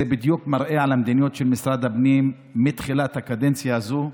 זה בדיוק מראה את המדיניות של משרד הפנים מתחילת הקדנציה הזו,